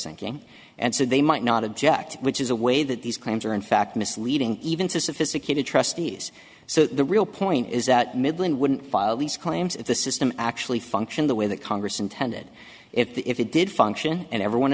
sinking and so they might not object which is a way that these claims are in fact misleading even to sophisticated trustees so the real point is that midland wouldn't file these claims if the system actually function the way that congress intended if it did function and everyone